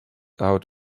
out